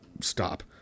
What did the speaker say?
stop